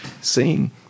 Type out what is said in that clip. seeing